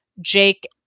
Jake